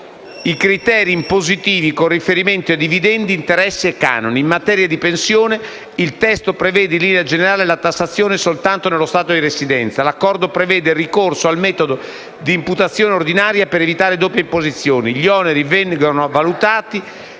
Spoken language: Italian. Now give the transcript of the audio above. i criteri impositivi con riferimento ai dividendi, agli interessi e ai canoni. In materia di pensioni, il testo prevede in linea generale la tassazione soltanto nello Stato di residenza. L'Accordo prevede il ricorso al metodo di imputazione ordinaria per evitare le doppie imposizioni. Gli oneri vengono valutati